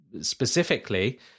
specifically